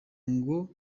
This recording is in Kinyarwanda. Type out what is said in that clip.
ngo